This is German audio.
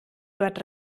dort